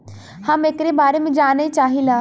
हम एकरे बारे मे जाने चाहीला?